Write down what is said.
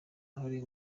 uruhare